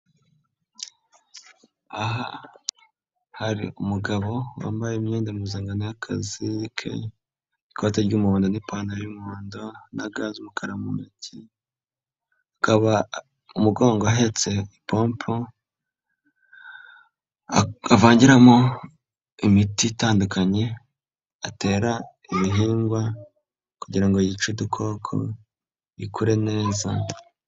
Aha hari umugabo wambaye imyenda mpuzankano y'akazi ke, ikoti ry'umuhondo, n'ipantaro y'umuhondo, na ga z'umukara mu ntoki ze. Akaba mu mugongo ahetse ipombo avangiramo imiti itandukanye, atera ibihingwa, kugira ngo yice udukoko, ikure neza.